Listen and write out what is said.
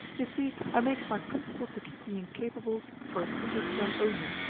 you see, i make it my principle to keep the incapables for a single term only,